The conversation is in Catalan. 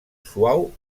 suau